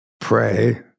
Pray